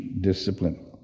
discipline